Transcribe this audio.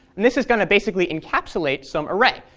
and this is going to basically encapsulate some array.